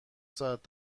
ساعت